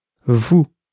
Vous